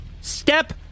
Step